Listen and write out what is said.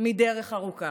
מדרך ארוכה.